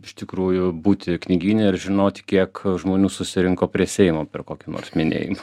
iš tikrųjų būti knygyne ir žinoti kiek žmonių susirinko prie seimo per kokį nors minėjimą